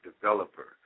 developer